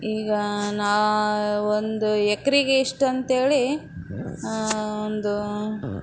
ಈಗ ನಾ ಒಂದು ಎಕರೆಗೆ ಇಷ್ಟಂತೇಳಿ ಒಂದು